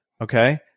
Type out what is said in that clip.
okay